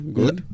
Good